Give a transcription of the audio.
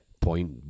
Point